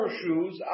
shoes